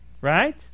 right